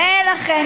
אל תעבירו את החוק.